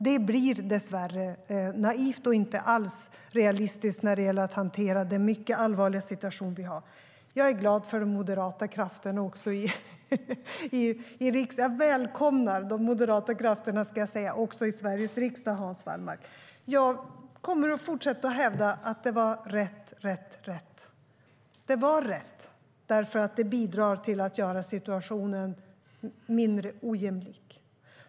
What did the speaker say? Det blir dessvärre naivt och inte alls realistiskt när det gäller att hantera den mycket allvarliga situation som vi har. Jag är glad för och välkomnar de moderata krafterna också i Sveriges riksdag, Hans Wallmark. Jag kommer att fortsätta hävda att det var rätt. Det var rätt, eftersom det bidrar till att göra situationen mindre ojämlik.